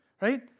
right